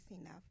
enough